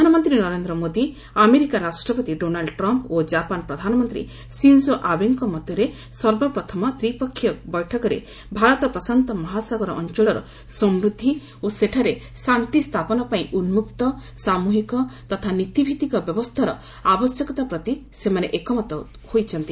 ପ୍ରଧାନମନ୍ତ୍ରୀ ନରେନ୍ଦ୍ର ମୋଦି ଆମେରିକା ରାଷ୍ଟ୍ରପତି Donald Trump ଓ କାପାନ ପ୍ରଧାନମନ୍ତ୍ରୀ ସିଞ୍ଜୋ ଆବେଙ୍କ ମଧ୍ୟରେ ସର୍ବପ୍ରଥମ ତ୍ରିପକ୍ଷୀୟ ବୈଠକରେ ଭାରତ ପ୍ରଶାନ୍ତ ମହାସାଗର ଅଞ୍ଚଳର ସମୃଦ୍ଧି ଓ ସେଠାରେ ଶାନ୍ତି ସ୍ଥାପନ ପାଇଁ ଉନ୍କକ୍ତ ସାମୁହିକ ତଥା ନୀତିଭିତ୍ତିକ ବ୍ୟବସ୍ଥାର ଆବଶ୍ୟକତା ପ୍ରତି ସେମାନେ ଏକମତ ହୋଇଛନ୍ତି